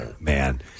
Man